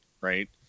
right